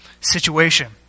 situation